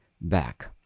back